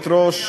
אדוני.